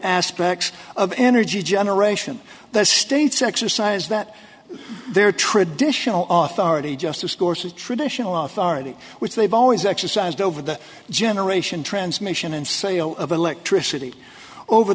aspects of energy generation that states exercise that their traditional author already justice course the traditional off already which they've always exercised over the generation transmission and sale of electricity over